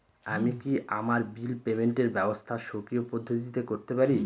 আমি কি আমার বিল পেমেন্টের ব্যবস্থা স্বকীয় পদ্ধতিতে করতে পারি?